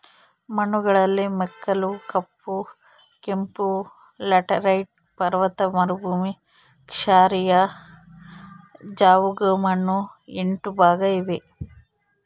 ಮಣ್ಣುಗಳಲ್ಲಿ ಮೆಕ್ಕಲು, ಕಪ್ಪು, ಕೆಂಪು, ಲ್ಯಾಟರೈಟ್, ಪರ್ವತ ಮರುಭೂಮಿ, ಕ್ಷಾರೀಯ, ಜವುಗುಮಣ್ಣು ಎಂಟು ಭಾಗ ಇವೆ